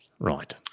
Right